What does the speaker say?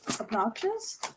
Obnoxious